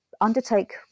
undertake